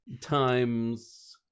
times